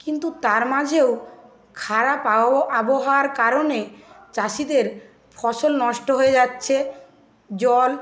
কিন্তু তার মাঝেও খারাপ আও আবহাওয়ার কারণে চাষিদের ফসল নষ্ট হয়ে যাচ্ছে জল